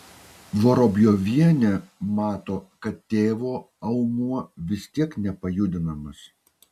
vorobjovienė mato kad tėvo aumuo vis tiek nepajudinamas